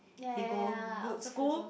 ya ya ya I also feel so